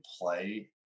play